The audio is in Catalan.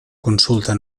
consulta